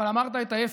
אבל אמרת את ההפך,